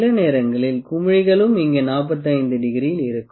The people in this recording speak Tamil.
சில நேரங்களில் குமிழிகளும் இங்கே 45 டிகிரியில் இருக்கும்